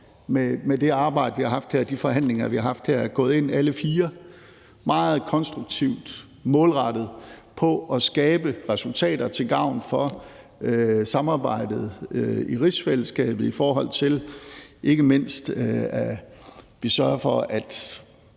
med det arbejde og de forhandlinger, vi har haft her, er gået ind meget konstruktivt og målrettet for at skabe resultater til gavn for samarbejdet i rigsfællesskabet, ikke mindst i forhold til at sørge for, at